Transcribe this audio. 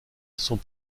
sont